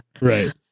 Right